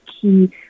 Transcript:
key